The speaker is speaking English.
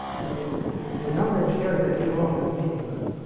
the number of shares that you own is meaningless,